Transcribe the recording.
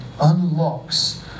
unlocks